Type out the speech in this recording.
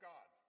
God